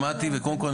שמעתי וקודם כל,